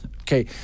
Okay